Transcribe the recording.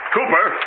Cooper